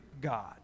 God